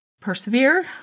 persevere